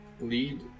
lead